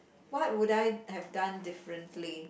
what would I have done differently